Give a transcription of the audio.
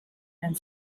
and